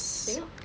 tengok